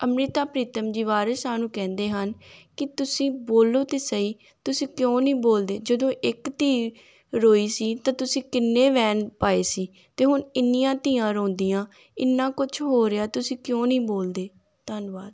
ਅੰਮ੍ਰਿਤਾ ਪ੍ਰੀਤਮ ਜੀ ਵਾਰਸ਼ ਸ਼ਾਹ ਨੂੰ ਕਹਿੰਦੇ ਹਨ ਕਿ ਤੁਸੀਂ ਬੋਲੋ ਤਾਂ ਸਹੀ ਤੁਸੀਂ ਕਿਉਂ ਨਹੀਂ ਬੋਲਦੇ ਜਦੋਂ ਇੱਕ ਧੀ ਰੋਈ ਸੀ ਤਾਂ ਤੁਸੀਂ ਕਿੰਨੇ ਵੈਣ ਪਾਏ ਸੀ ਅਤੇ ਹੁਣ ਇੰਨੀਆਂ ਧੀਆਂ ਰੋਂਦੀਆਂ ਇੰਨਾ ਕੁਛ ਹੋ ਰਿਹਾ ਤੁਸੀਂ ਕਿਉਂ ਨਹੀਂ ਬੋਲਦੇ ਧੰਨਵਾਦ